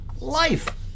life